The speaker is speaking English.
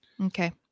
Okay